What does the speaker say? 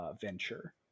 venture